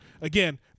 again